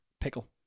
pickle